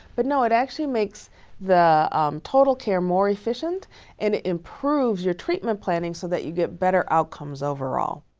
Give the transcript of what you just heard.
but no, it actually makes the total care more efficient and it improves your treatment planning so that you get better outcomes overall.